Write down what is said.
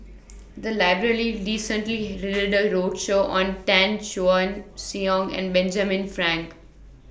The Library recently did A roadshow on Chan Choy Siong and Benjamin Frank